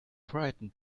frightened